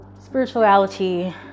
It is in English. spirituality